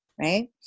right